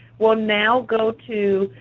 we'll now go to,